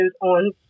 on